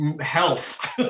Health